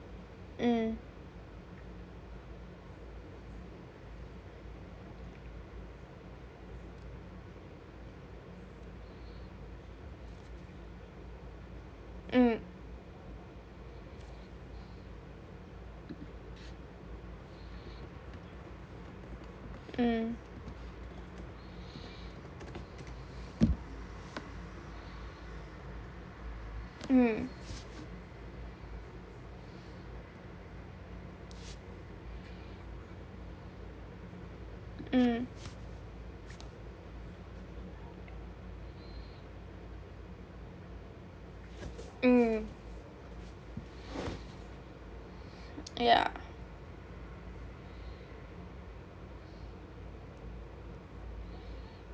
mmhmm mm yeah